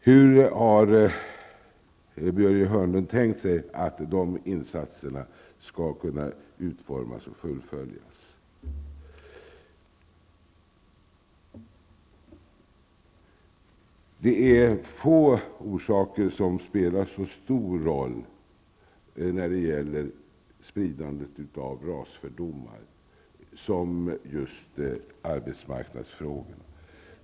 Hur har Börje Hörnlund tänkt sig att dessa insatser skall kunna utformas och fullföljas? Det är få orsaker som spelar så stor roll när det gäller spridandet av rasfördomar som just arbetsmarknadsfrågorna.